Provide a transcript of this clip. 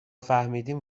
فهمیدیم